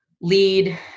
lead